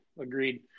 agreed